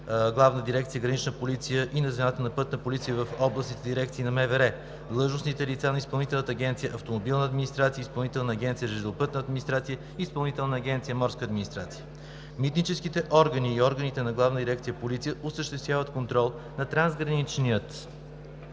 Главна дирекция „Гранична полиция“ и на звената на „Пътна полиция“ в областните дирекции на МВР, длъжностните лица на Изпълнителната агенция „Автомобилна администрация“, Изпълнителната агенция „Железопътна администрация“, Изпълнителната агенция „Морска администрация“. Митническите органи и органите на Главна дирекция „Полиция“ осъществяват контрол на трансграничния